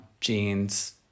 jeans